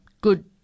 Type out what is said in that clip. good